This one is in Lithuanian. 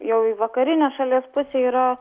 jau į vakarinę šalies pusę yra